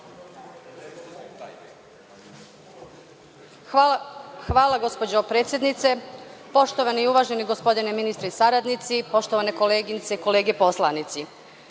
Hvala gospođo predsednice. Poštovani i uvaženi gospodine ministre i saradnici, poštovane koleginice i kolege poslanici,